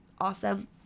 awesome